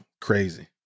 Crazy